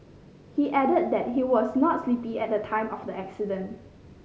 he added that he was not sleepy at the time of the accident